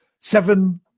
seven